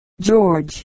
George